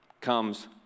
comes